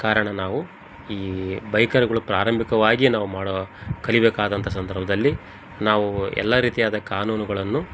ಕಾರಣ ನಾವು ಈ ಬೈಕರ್ಗಳು ಪ್ರಾರಂಭಿಕವಾಗಿ ನಾವು ಮಾಡೋ ಕಲಿಯಬೇಕಾದಂಥ ಸಂದರ್ಭದಲ್ಲಿ ನಾವು ಎಲ್ಲ ರೀತಿಯಾದ ಕಾನೂನುಗಳನ್ನು